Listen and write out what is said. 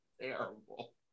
Terrible